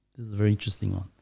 very interesting on